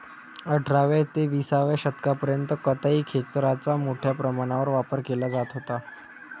अठराव्या ते विसाव्या शतकापर्यंत कताई खेचराचा मोठ्या प्रमाणावर वापर केला जात होता